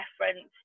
reference